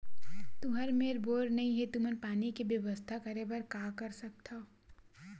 तुहर मेर बोर नइ हे तुमन पानी के बेवस्था करेबर का कर सकथव?